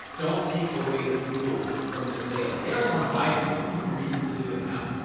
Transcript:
don't take away the fuel from their sales. they already wanna buy from you, just give them reasons to do it now,